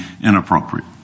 inappropriate